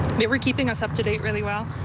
they were keeping us up to date really well.